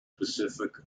pacific